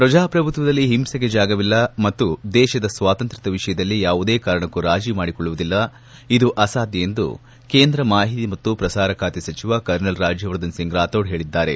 ಪ್ರಜಾಪ್ರಭುತ್ವದಲ್ಲಿ ಹಿಂಸೆಗೆ ಜಾಗವಿಲ್ಲ ಮತ್ತು ದೇಶದ ಸ್ವಾತಂತ್ರ್ವದ ವಿಷಯದಲ್ಲಿ ಯಾವುದೇ ಕಾರಣಕ್ಕೂ ರಾಜೀ ಮಾಡಿಕೊಳ್ಳುವುದು ಅಸಾಧ್ಯ ಎಂದು ಕೇಂದ್ರ ಮಾಹಿತಿ ಮತ್ತು ಪ್ರಸಾರ ಖಾತೆ ಸಚಿವ ಕರ್ನಲ್ ರಾಜ್ಜವರ್ಧನ್ ಸಿಂಗ್ ರಾಥೋಡ್ ಹೇಳಿದ್ದಾರೆ